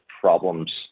problems